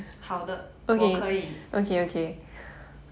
好的我可以